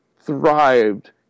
thrived